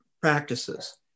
practices